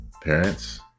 parents